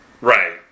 Right